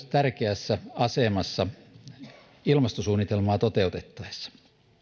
tärkeässä asemassa ilmastosuunnitelmaa toteutettaessa